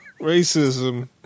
racism